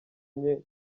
nke